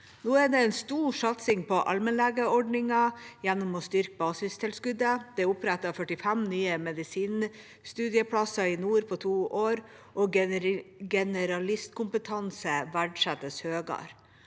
Nå er det en stor satsing på allmennlegeordningen gjennom å styrke basistilskuddet, det er opprettet 45 nye medisinstudieplasser i nord på to år, og generalistkompetanse verdsettes høyere.